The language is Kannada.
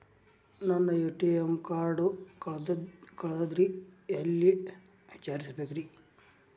ನನ್ನ ಎ.ಟಿ.ಎಂ ಕಾರ್ಡು ಕಳದದ್ರಿ ಎಲ್ಲಿ ವಿಚಾರಿಸ್ಬೇಕ್ರಿ?